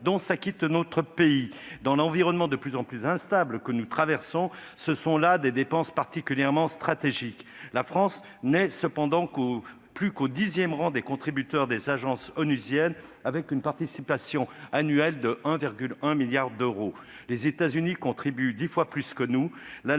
dont s'acquitte notre pays. Dans l'environnement de plus en plus instable que nous traversons, ce sont là des dépenses particulièrement stratégiques. La France n'est pourtant plus qu'au dixième rang des contributeurs des agences de l'ONU, avec une participation annuelle de 1,1 milliard d'euros. Les États-Unis contribuent dix fois plus que nous